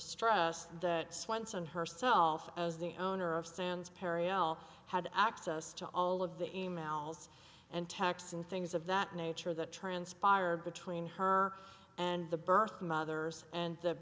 stress that swenson herself as the owner of sands perianal had access to all of the e mails and texts and things of that nature that transpired between her and the birthmothers and the